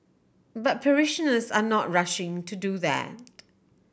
but parishioners are not rushing to do that